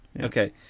okay